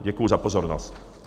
Děkuji za pozornost.